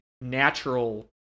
natural